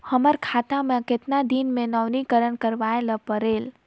हमर बैंक खाता ले कतना दिन मे नवीनीकरण करवाय ला परेल?